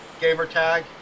gamertag